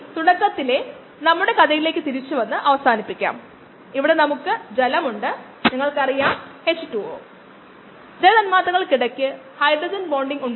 fluorescence നമ്മൾ NADH ഫ്ലൂറസെൻസും മറ്റും നോക്കി അവ ഫ്ലൂറസെൻസ് സബ്സ്ട്രേറ്റുകൾ ഈ രീതി ഉപയോഗിക്കാൻ കഴിയുന്ന ഫ്ലൂറസെൻസ് ഉൽപ്പന്നങ്ങൾ ആകാം